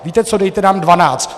Víte co, dejte nám 12!